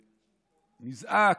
נזעק,